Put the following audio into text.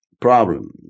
problem